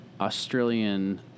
Australian